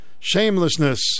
shamelessness